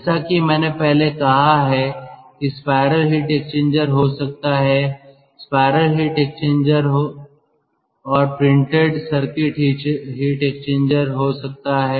जैसा कि मैंने पहले कहा कि स्पाइरल हीट एक्सचेंजर हो सकता है स्पाइरल हीट एक्सचेंजर हो सकता है और प्रिंटेड सर्किट हीट एक्सचेंजर हो सकता है